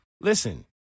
Listen